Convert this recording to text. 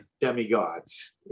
demigods